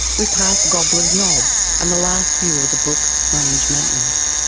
we pass gobblers knob and the last view of the brooks range mountains.